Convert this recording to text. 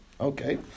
Okay